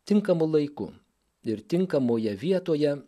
tinkamu laiku ir tinkamoje vietoje